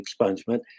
expungement